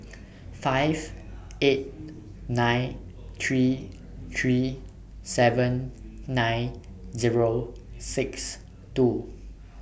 five eight nine three three seven nine Zero six two